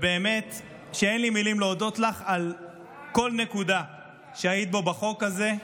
באמת אין לי מילים להודות לך על כל נקודה שהיית בחוק הזה.